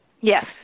Yes